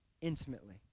intimately